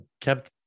kept